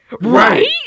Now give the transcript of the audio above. right